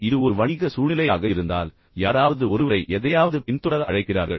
எனவே இது மீண்டும் ஒரு வணிக சூழ்நிலையாக இருந்தால் யாராவது ஒருவரை எதையாவது பின்தொடர அழைக்கிறார்கள்